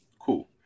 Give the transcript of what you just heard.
Cool